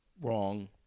wrong